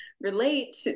relate